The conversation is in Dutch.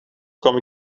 kwam